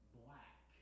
black